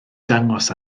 dangos